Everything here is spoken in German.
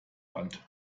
band